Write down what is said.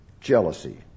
Jealousy